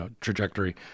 trajectory